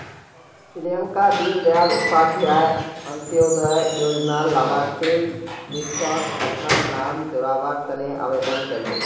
प्रियंका दीन दयाल उपाध्याय अंत्योदय योजनार लाभार्थिर लिस्टट अपनार नाम जोरावर तने आवेदन करले